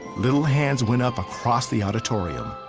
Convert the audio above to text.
little hands went up across the auditorium.